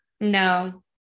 No